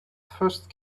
first